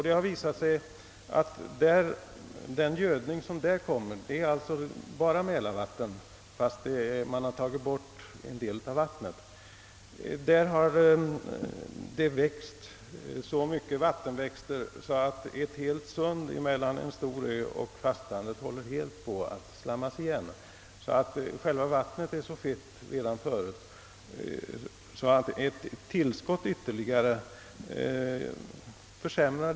Det har visat sig att den gödning som denna »grädde» utgör, vilken alltså är bara mälarvatten fast en del av vattnet är bortsilat, förorsakat att det växt upp så mycket vattenväxter, att ett helt sund mellan en stor ö och fastlandet håller på att helt slammas igen. Vattnet är alltså redan tidigare så fett att ett ytterligare tillskott lätt innebär en försämring.